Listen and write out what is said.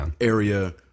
Area